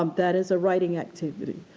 um that is a writing activity.